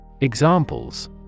Examples